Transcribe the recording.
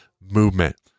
movement